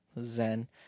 zen